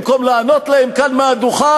במקום לענות להם כאן מהדוכן,